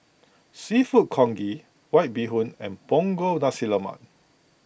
Seafood Congee White Bee Hoon and Punggol Nasi Lemak